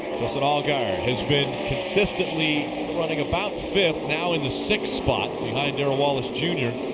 justin allgaier has been consistently running about fifth, now in the sixth spot behind darrell wallace jr.